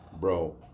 bro